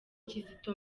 kizito